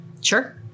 sure